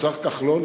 והשר כחלון,